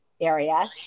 area